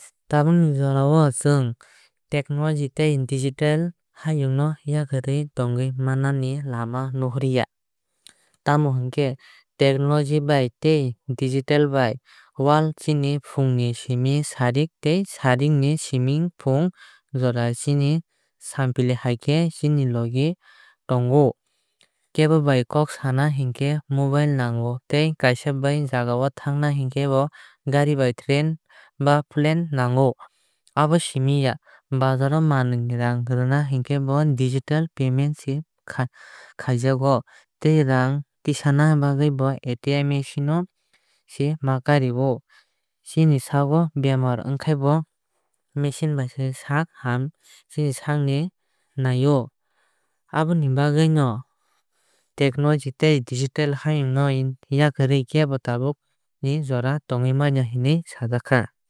Tabuk ni jora o chwng technology tei digital hayung no yakarwui tongwui manani lama nuhur ya. Tamo hinkhe technology bai tei digital bai world chini fungni siming sarik tei sarik ni siming fung jora chini sampili hai khe chini logi o tongo. Kebobai kok sana hinkhe mobile nango tei kaisa jagao thangna hingkhe bo gari bai train ba plane nango. Abo siming ya bazaro manwui ni raang rwna hinkhe bo digital payment se khaijago tei raang tisana bagwui bo ATM machine o se ma kari o. Chini sago bemar ongkhai bo machine bai se sak ham chini saak ni nai o. Aboni bagwui no technology tei digital hayung no yakarwui kebo tabuk ni jora tongwui man ya hinoi sajakha.